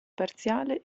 parziale